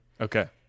Okay